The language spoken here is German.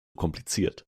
kompliziert